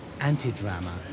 anti-drama